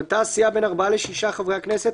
ב)מנתה הסיעה בין ארבעה לשישה חברי הכנסת,